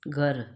घरु